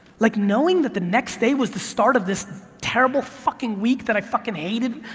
like knowing that the next day was the start of this terrible fucking week that i fucking hated.